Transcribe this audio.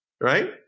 Right